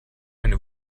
eine